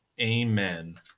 Amen